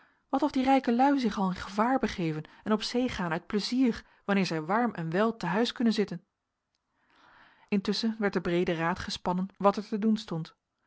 wat of die rijke lui zich al in gevaar begeven en op zee gaan uit plezier wanneer zij warm en wel te huis kunnen zitten intusschen werd de breede raad gespannen wat er te doen stond